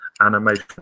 animation